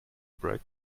break